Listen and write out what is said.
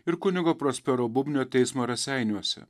ir kunigo prospero bubnio teismą raseiniuose